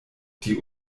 die